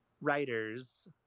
writers